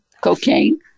cocaine